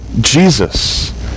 Jesus